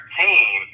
team